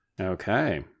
Okay